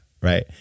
right